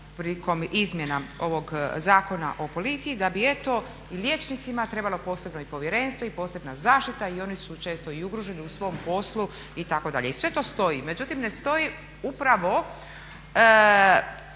prilikom izmjena ovog Zakona o policiji da bi eto i liječnicima trebalo posebno i povjerenstvo i posebna zaštita i oni su često i ugroženi u svom poslu itd.. I sve to stoji. Međutim, ne stoji upravo,